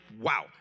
wow